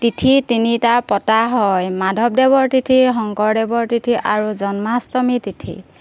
তিথি তিনিটা পতা হয় মাধৱদেৱৰ তিথি শংকৰদেৱৰ তিথি আৰু জন্মাষ্টমী তিথি